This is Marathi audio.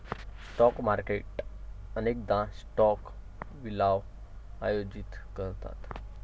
स्टॉक मार्केट अनेकदा स्टॉक लिलाव आयोजित करतात